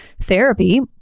therapy